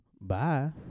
Bye